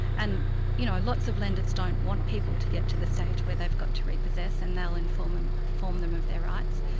and you know lots of lenders don't want people to get to the stage where they've got to repossess and they'll inform ah them of their rights,